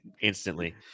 Instantly